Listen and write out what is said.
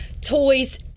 toys